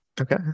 Okay